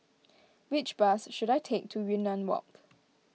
which bus should I take to Yunnan Walk